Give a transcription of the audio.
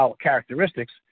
characteristics